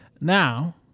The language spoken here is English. Now